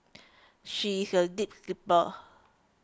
she is a deep sleeper